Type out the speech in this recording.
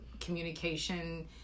communication